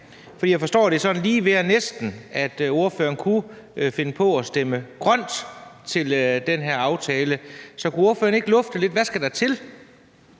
Jeg forstår det sådan, at det er lige ved og næsten, at ordføreren kunne finde på at stemme grønt til den her aftale. Så kunne ordføreren ikke lufte lidt, hvad der skal til?